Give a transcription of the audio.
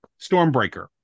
Stormbreaker